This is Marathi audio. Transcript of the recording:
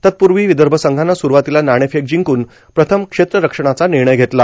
तत्पूर्वी विदर्भ संघानं सुरवातीला नाणेफेक जिंकून प्रथम क्षेत्ररक्षणाचा निर्णय घेतला